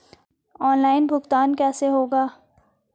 Online भुगतान कैसे होगा?